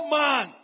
man